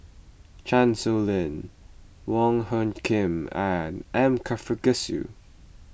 Chan Sow Lin Wong Hung Khim and M Karthigesu